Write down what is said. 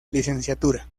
licenciatura